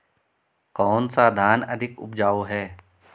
कौन सा धान अधिक उपजाऊ है?